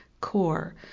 core